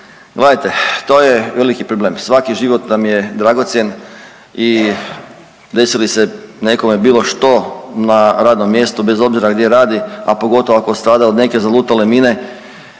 Gledajte, to je veliki problem. Svaki život nam je dragocjen i desi li se nekome bilo što na radnom mjestu, bez obzira gdje radi, a pogotovo ako strada od neke zalutale mine,